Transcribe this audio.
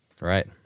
Right